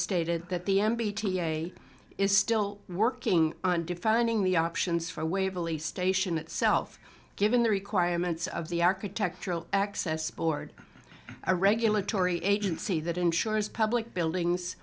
stated that the m b t s a is still working on defining the options for waverley station itself given the requirements of the architectural access board a regulatory agency that ensures public buildings